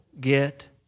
get